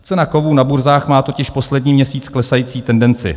Cena kovů na burzách má totiž poslední měsíc klesající tendenci.